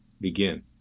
begin